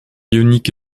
ionique